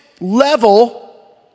level